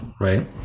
right